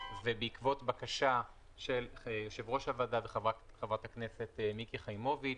ובעקבות בקשה של יושב-ראש הוועדה וחברת הכנסת מיקי חיימוביץ',